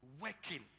Working